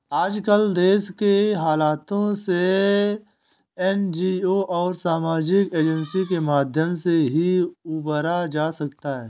आजकल देश के हालातों से एनजीओ और सामाजिक एजेंसी के माध्यम से ही उबरा जा सकता है